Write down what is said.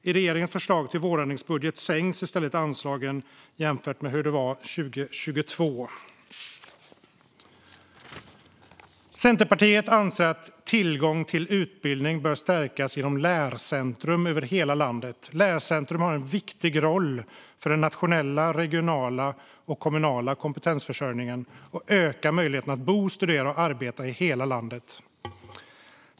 I regeringens förslag till vårändringsbudget sänks i stället anslagen jämfört med hur det var 2022. Centerpartiet anser att tillgång till utbildning bör stärkas genom lärcentrum över hela landet. Lärcentrum har en viktig roll för den nationella, regionala och kommunala kompetensförsörjningen och ökar möjligheterna att bo, studera och arbeta i hela landet.